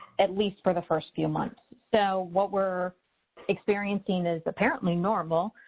at least for the first few months. so what we're experiencing is apparently normal,